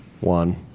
one